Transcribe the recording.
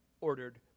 ordered